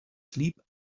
sleep